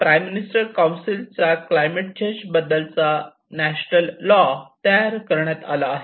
prime minister council चा climate change बद्दलचा national ला तयार करण्यात आला आहे